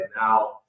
now